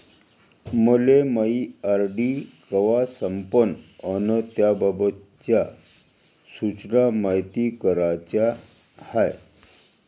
मले मायी आर.डी कवा संपन अन त्याबाबतच्या सूचना मायती कराच्या हाय